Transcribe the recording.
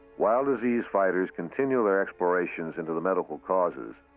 while disease fighters continue their explorations into the medical causes,